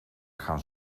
gaan